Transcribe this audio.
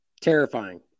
Terrifying